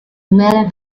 umearen